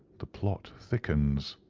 the plot thickens.